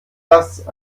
das